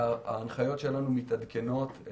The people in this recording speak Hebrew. ההנחיות שלנו מתעדכנות,